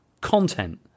content